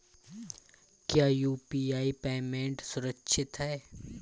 क्या UPI payment सुरक्षित है?